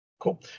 Cool